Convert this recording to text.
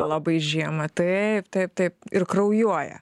labai žiemą taip taip taip ir kraujuoja